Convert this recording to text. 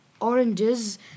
oranges